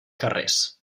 carrers